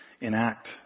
enact